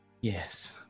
yes